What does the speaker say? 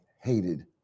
hated